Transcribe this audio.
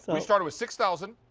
we started with six thousand.